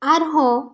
ᱟᱨ ᱦᱚᱸ